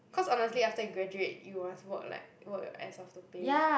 cause honestly after you graduate you must work like work your ass off to pay